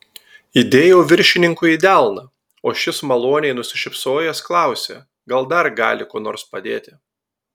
įdėjau viršininkui į delną o šis maloniai nusišypsojęs klausė gal dar gali kuo nors padėti